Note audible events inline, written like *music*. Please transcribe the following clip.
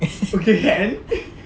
*laughs*